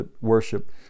worship